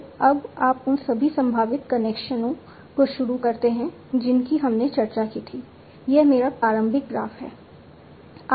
तो अब आप उन सभी संभावित कनेक्शनों को शुरू करते हैं जिनकी हमने चर्चा की थी यह मेरा प्रारंभिक ग्राफ है